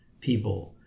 people